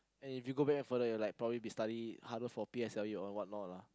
and if you go back even further you will like probably be study harder for P_S_L_E or whatnot lah